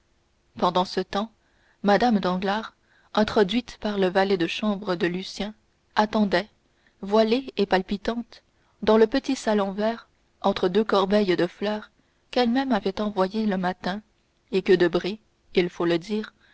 pendant ce temps mme danglars introduite par le valet de chambre de lucien attendait voilée et palpitante dans le petit salon vert entre deux corbeilles de fleurs qu'elle-même avait envoyées le matin et que debray il faut le dire